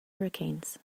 hurricanes